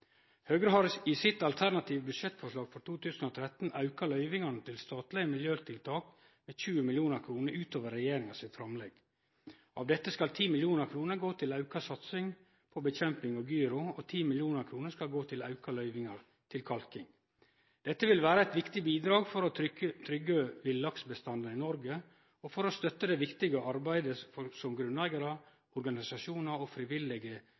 Høgre har i sitt alternative budsjettforslag for 2013 auka løyvingane til statlege miljøtiltak med 20 mill. kr utover regjeringa sitt framlegg. Av dette skal 10 mill. kr gå til auka satsing på bekjemping av gyro, og 10 mill. kr skal gå til auka løyvingar til kalking. Dette vil vere eit viktig bidrag for å trygge villaksbestanden i Noreg, og for å støtte det viktige arbeidet som grunneigarar, organisasjonar og frivillige